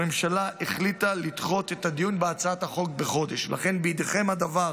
הממשלה החליטה לדחות בחודש את הדיון